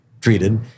treated